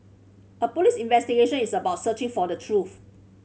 a police investigation is about searching for the truth